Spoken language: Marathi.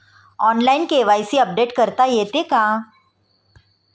ऑनलाइन के.वाय.सी अपडेट करता येते का?